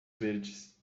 verdes